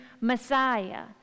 Messiah